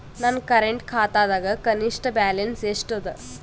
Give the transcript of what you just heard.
ನನ್ನ ಕರೆಂಟ್ ಖಾತಾದಾಗ ಕನಿಷ್ಠ ಬ್ಯಾಲೆನ್ಸ್ ಎಷ್ಟು ಅದ